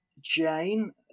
Jane